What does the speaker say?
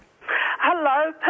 Hello